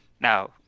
Now